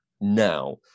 now